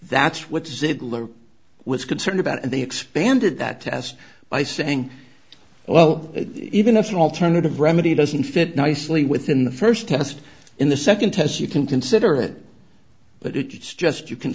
that's what ziegler was concerned about and they expanded that test by saying well even if an alternative remedy doesn't fit nicely within the first test in the second test you can consider it but it's just you can